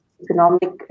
economic